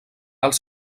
als